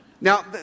Now